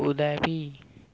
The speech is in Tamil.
உதவி